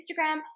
Instagram